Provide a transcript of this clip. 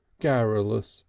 garrulous,